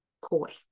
koi